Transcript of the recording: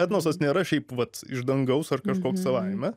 etnosas nėra šiaip vat iš dangaus ar kažkoks savaime